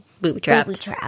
booby-trapped